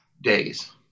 days